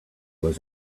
was